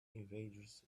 invaders